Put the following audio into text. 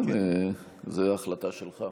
כן, זאת החלטה שלך.